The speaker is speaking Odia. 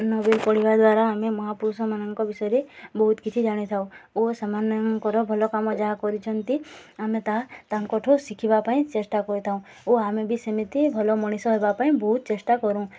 ନୋଭେଲ୍ ପଢ଼ିବା ଦ୍ୱାରା ଆମେ ମହାପୁରୁଷମାନଙ୍କ ବିଷୟରେ ବହୁତ କିଛି ଜାଣିଥାଉ ଓ ସେମାନଙ୍କର ଭଲ କାମ ଯାହା କରିଛନ୍ତି ଆମେ ତାହା ତାଙ୍କଠୁ ଶିଖିବା ପାଇଁ ଚେଷ୍ଟା କରିଥାଉ ଓ ଆମେ ବି ସେମିତି ଭଲ ମଣିଷ ହେବା ପାଇଁ ବହୁତ ଚେଷ୍ଟା କରୁଁ